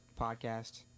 podcast